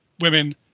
women